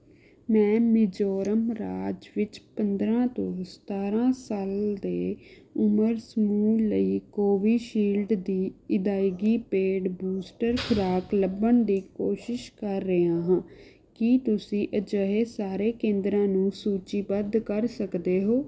ਮੈਂ ਮਿਜ਼ੋਰਮ ਰਾਜ ਵਿੱਚ ਪੰਦਰਾਂ ਤੋਂ ਸਤਾਰਾਂ ਸਾਲ ਦੇ ਉਮਰ ਸਮੂਹ ਲਈ ਕੋਵਿਸ਼ੀਲਡ ਦੀ ਅਦਾਇਗੀ ਪੇਡ ਬੂਸਟਰ ਖ਼ੁਰਾਕ ਲੱਭਣ ਦੀ ਕੋਸ਼ਿਸ਼ ਕਰ ਰਿਹਾ ਹਾਂ ਕੀ ਤੁਸੀਂ ਅਜਿਹੇ ਸਾਰੇ ਕੇਂਦਰਾਂ ਨੂੰ ਸੂਚੀਬੱਧ ਕਰ ਸਕਦੇ ਹੋ